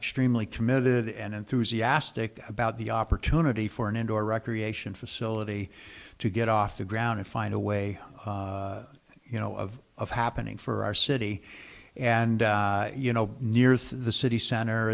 extremely committed and enthusiastic about the opportunity for an indoor recreation facility to get off the ground and find a way you know of of happening for our city and you know near the city center